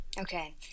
Okay